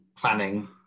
planning